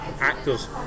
actors